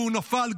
והוא נפל,